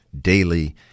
daily